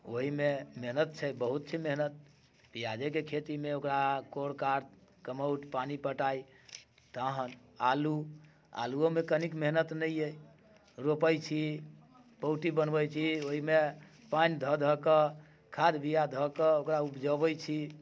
ओइमे मेहनत छै बहुत छै मेहनत पियाजेके खेतीमे ओकरा कोर कार कमौट पानि पटाइ तहन आलू आलूओमे कनिक मेहनत नहि अइ रोपै छी अथी बनबै छी ओइमे पानि धऽ धऽके खाद बीया धऽ कऽ ओकरा उपजबै छी